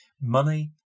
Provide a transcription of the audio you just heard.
Money